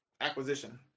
acquisition